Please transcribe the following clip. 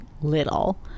little